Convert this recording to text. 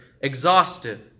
exhaustive